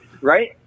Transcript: right